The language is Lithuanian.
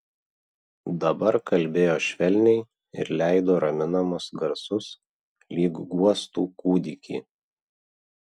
dabar kalbėjo švelniai ir leido raminamus garsus lyg guostų kūdikį